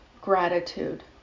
gratitude